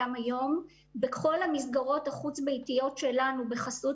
בכל המסגרות החוץ ביתיות שלנו בחסות